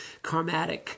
karmatic